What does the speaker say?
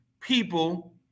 people